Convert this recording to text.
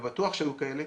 ובטוח שהיו כאלה,